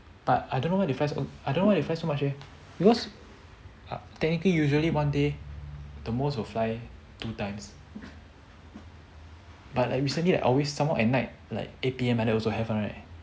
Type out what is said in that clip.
but I don't know why they fly so I don't why they fly so much eh because technically usually one day the most will fly two times but I recently like always somemore at night like eight p m like that also have one right